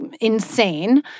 insane